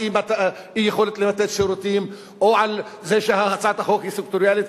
אי-יכולת לתת שירותים או על זה שהצעת החוק היא סקטוריאלית.